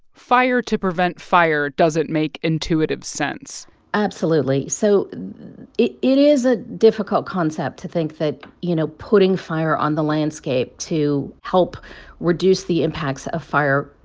fire to prevent fire doesn't make intuitive sense absolutely. so it it is a difficult concept to think that, you know, putting fire on the landscape to help reduce the impacts of fire,